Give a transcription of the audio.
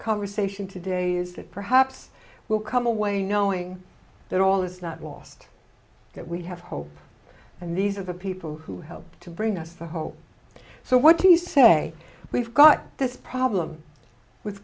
conversation today is that perhaps we'll come away knowing that all is not lost that we have hope and these are the people who help to bring us the hope so what do you say we've got this problem with